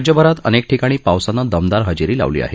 राज्यभरात अनेक ठिकाणी पावसानं दमदार हजेरी लावली आहे